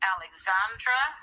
Alexandra